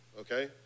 okay